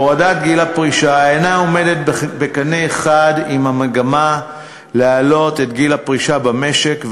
הפרישה אינה עומדת בקנה אחד עם המגמה להעלות את גיל הפרישה במשק,